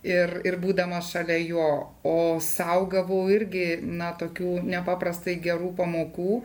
ir ir būdama šalia jo o sau gavau irgi na tokių nepaprastai gerų pamokų